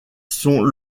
sont